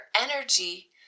energy